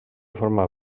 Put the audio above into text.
forma